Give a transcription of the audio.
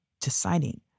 deciding